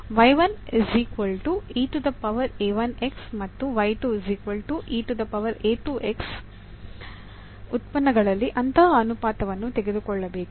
ಮತ್ತು ಉತ್ಪನ್ನಗಳಲ್ಲಿ ಅಂತಹ ಅನುಪಾತವನ್ನು ತೆಗೆದುಕೊಳ್ಳಬೇಕು